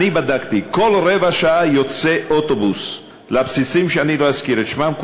בדקתי: כל רבע שעה יוצא אוטובוס לבסיסים שלא אזכיר את שמם,